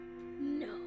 No